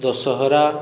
Dussehra